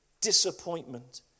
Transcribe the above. disappointment